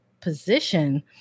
position